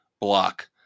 block